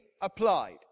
applied